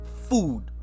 food